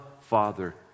Father